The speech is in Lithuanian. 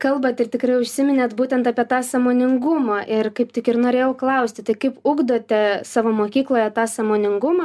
kalbat ir tikrai užsiminėt būtent apie tą sąmoningumą ir kaip tik ir norėjau klausti tai kaip ugdote savo mokykloje tą sąmoningumą